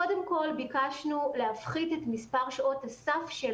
קודם כל ביקשנו להפחית את מספר שעות הסף של